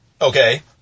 okay